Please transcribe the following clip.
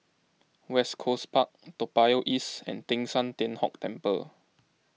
West Coast Park Toa Payoh East and Teng San Tian Hock Temple